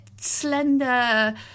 slender